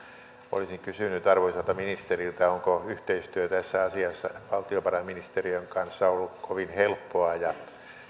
olisin kysynyt arvoisalta ministeriltä onko yhteistyö tässä asiassa valtiovarainministeriön kanssa ollut kovin helppoa ja